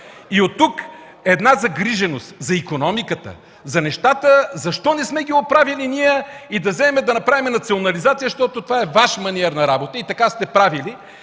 И оттук една загриженост за икономиката, за нещата – защо ние не сме ги оправили и да вземем да направим национализация, защото това е Ваш маниер на работа и така сте правили.